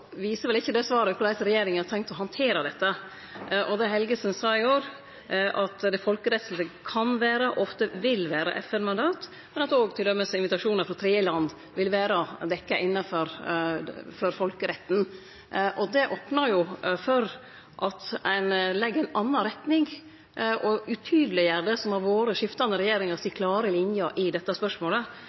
ikkje det svaret korleis regjeringa har tenkt å handtere dette. Det Helgesen sa i går, var at det folkerettslege kan vere og ofte vil vere eit FN-mandat, men at òg t.d. invitasjon frå tredjeland vil vere å dekkje innanfor folkeretten. Det opnar jo for